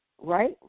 right